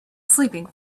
sleeping